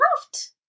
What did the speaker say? left